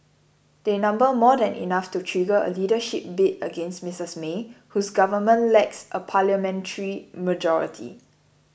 they number more than enough to trigger a leadership bid against Mistress May whose government lacks a parliamentary majority